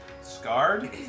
Scarred